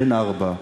בן ארבע,